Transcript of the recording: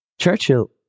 Churchill